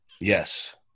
Yes